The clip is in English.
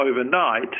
overnight